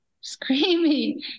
screaming